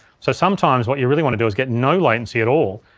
so sometimes what you really want to do is get no latency at all.